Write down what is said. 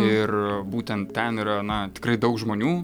ir būtent ten yra na tikrai daug žmonių